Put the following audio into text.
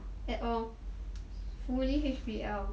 at all fully H_B_L